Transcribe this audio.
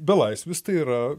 belaisvis tai yra